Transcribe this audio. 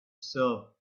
serve